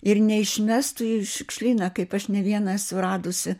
ir neišmestų į šiukšlyną kaip aš ne vieną esu radusi